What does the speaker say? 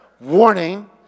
Warning